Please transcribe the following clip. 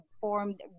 formed